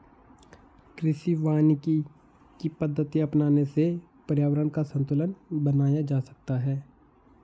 कृषि वानिकी की पद्धति अपनाने से पर्यावरण का संतूलन बनाया जा सकता है